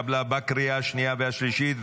התקבלה בקריאה השנייה והשלישית,